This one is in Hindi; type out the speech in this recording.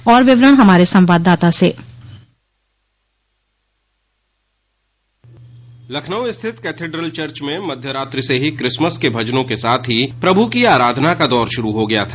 और विवरण हमारे संवाददाता से लखनऊ स्थित कैथेडल चर्च में मध्य रात्रि से ही क्रिसमस के भजनों के साथ ही प्रभु की आराधना का दौर शुरू हो गया था